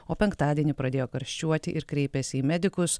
o penktadienį pradėjo karščiuoti ir kreipėsi į medikus